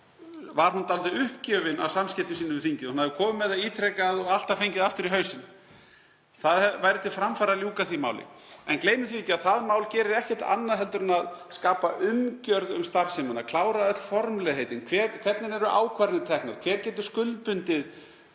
var hún dálítið uppgefin af samskiptum sínum við þingið. Hún hafði komið með það ítrekað og alltaf fengið það aftur í hausinn. Það væri til framfara að ljúka því máli. En gleymum því ekki að það mál gerir ekkert annað en að skapa umgjörð um starfsemina, að klára öll formlegheitin, hvernig eru ákvarðanir teknar, hver getur skuldbundið